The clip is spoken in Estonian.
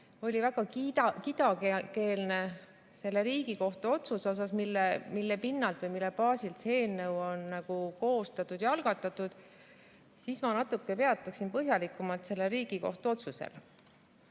oli väga kidakeelne selle Riigikohtu otsuse puhul, mille pinnalt või mille baasil see eelnõu on koostatud ja algatatud, siis ma peatun natuke põhjalikumalt sellel Riigikohtu